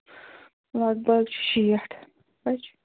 لگ بگ چھِ شیٹھ بَچہِ